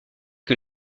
que